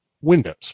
Windows